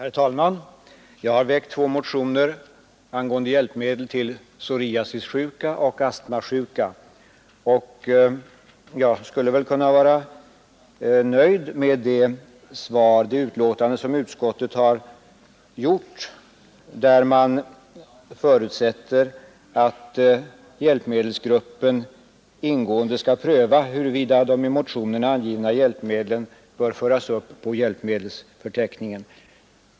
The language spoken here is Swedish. Herr talman! Jag har väckt två motioner angående hjälpmedel till psoriasissjuka och astmasjuka. Jag skulle i och för sig kunna vara nöjd med det betänkande som utskottet har avgivit, då det där förutsättes att hjälpmedelsgruppen ingående skall pröva huruvida de i motionen angivna hjälpmedlen bör föras upp på hjälpmedelsförteckningen.